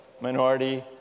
minority